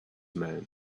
man